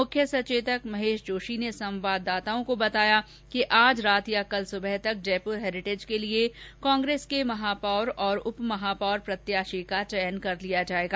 मुख्य सचेतक महेश जोशी ने संवाददाताओं को बताया कि आज रात या कल सुबह तक जयपुर हैरिटेज के लिये कांग्रेस के महापौर और उप महापौर प्रत्याशी का चयन कर लिया जायेगा